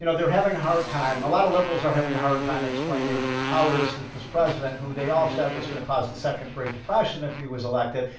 you know they're having a hard time. a lot of liberals are having a hard time explaining how it is that this president, who they all said was gonna cause the second great depression if he was elected.